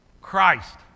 christ